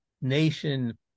nation